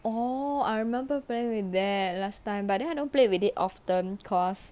oh I remember playing with that last time but then I don't play with it often cause